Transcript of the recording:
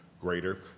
greater